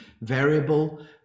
variable